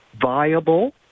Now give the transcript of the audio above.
viable